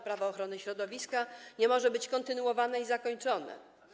Prawo ochrony środowiska nie może być kontynuowane i zakończone.